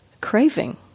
craving